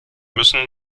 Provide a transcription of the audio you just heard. müssen